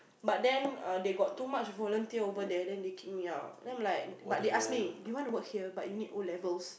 but then err they got too much volunteer over there then they kick me out then I'm like but they ask me do you wanna work here but you need O-levels